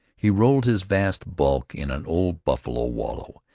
he rolled his vast bulk in an old buffalo-wallow,